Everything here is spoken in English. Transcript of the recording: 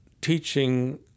teaching